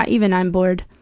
ah even i'm bored.